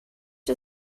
you